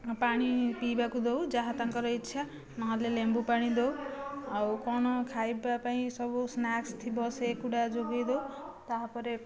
ପାଣି ପିଇବାକୁ ଦେଉ ଯାହା ତାଙ୍କର ଇଚ୍ଛା ନହେଲେ ଲେମ୍ବୁ ପାଣି ଦେଉ ଆଉ କ'ଣ ଖାଇବା ପାଇଁ ସବୁ ସ୍ନାକ୍ସ ଥିବ ସେଗୁଡ଼ିକ ଯୋଗାଇଦେଉ ତାହାପରେ